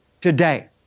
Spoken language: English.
today